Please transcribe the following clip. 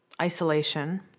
isolation